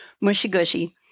mushy-gushy